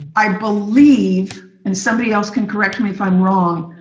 i believe, and somebody else can correct me if i am wrong.